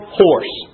horse